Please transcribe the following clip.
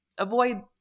Avoid